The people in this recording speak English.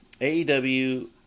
AEW